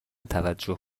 توجه